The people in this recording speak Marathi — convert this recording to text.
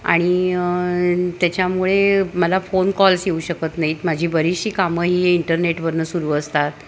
आणि त्याच्यामुळे मला फोन कॉल्स येऊ शकत नाही आहेत माझी बरीचशी कामंही इंटरनेटवरनं सुरू असतात